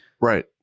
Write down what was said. Right